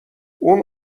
اون